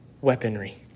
weaponry